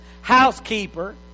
housekeeper